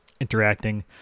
interacting